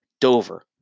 Dover